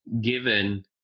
given